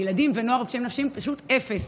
לילדים ונוער עם קשיים נפשיים זה פשוט אפס.